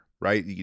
right